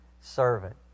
servant